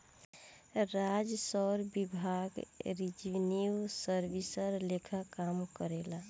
राजस्व विभाग revenue service लेखा काम करेला